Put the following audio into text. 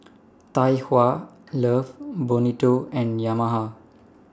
Tai Hua Love Bonito and Yamaha